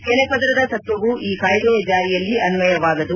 ಕೆನೆ ಪದರದ ತತ್ವವೂ ಈ ಕಾಯ್ದೆಯ ಜಾರಿಯಲ್ಲಿ ಅನ್ವಯವಾಗದು